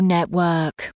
Network